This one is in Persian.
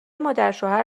مادرشوهر